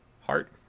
heart